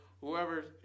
whoever